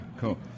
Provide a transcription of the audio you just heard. cool